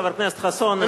חבר הכנסת חסון,